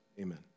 amen